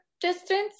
distance